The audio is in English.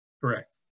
Correct